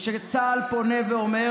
כשצה"ל פונה ואומר: